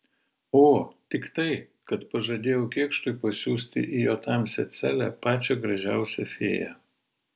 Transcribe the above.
o tik tai kad pažadėjau kėkštui pasiųsti į jo tamsią celę pačią gražiausią fėją